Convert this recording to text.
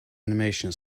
animation